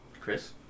Chris